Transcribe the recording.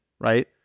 right